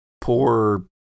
poor